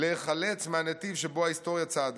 להיחלץ מהנתיב שבו ההיסטוריה צעדה.